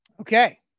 Okay